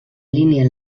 línia